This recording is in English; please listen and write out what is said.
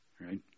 Right